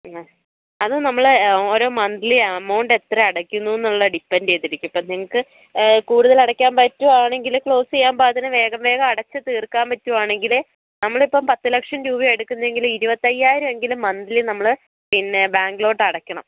പിന്നെ അത് നമ്മൾ ഓരോ മന്തിലി എമൗണ്ട് എത്ര അടയ്ക്കുന്നു എന്നുള്ള ഡിപ്പൻ്റ് ചെയ്ത് ഇരിക്കും ഇപ്പം നിങ്ങൾക്ക് കുടുതൽ അടയ്ക്കാൻ പറ്റികയാണെങ്കിൽ ക്ലോസ് ചെയ്യാൻ പാകത്തിന് വേഗം വേഗം അടച്ച് തീർക്കാൻ പറ്റികയാണെങ്കിൽ നമ്മളിപ്പം പത്ത് ലക്ഷം രൂപയാണ് എടുക്കുന്നതെങ്കിൽ ഇരുപത്തി അയ്യായിരം എങ്കിലും മന്തിലി നമ്മൾ പിന്നെ ബാങ്കിലോട്ട് അടയ്ക്കണം